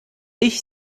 ich